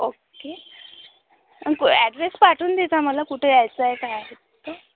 okay अन कु address पाठवून देता मला कुठं यायचं आहे काय ते